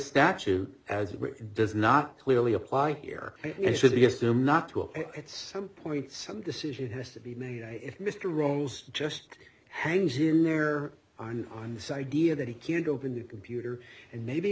statute as does not clearly apply here it should be assumed not to at some point some decision has to be made if mr rolls just hangs in there aren't on this idea that he can't open the computer and maybe